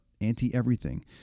anti-everything